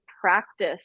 practice